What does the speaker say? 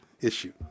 issue